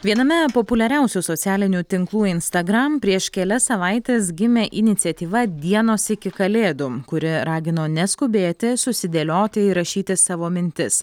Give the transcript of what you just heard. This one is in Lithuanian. viename populiariausių socialinių tinklų instagram prieš kelias savaites gimė iniciatyva dienos iki kalėdų kuri ragino neskubėti susidėlioti įrašyti savo mintis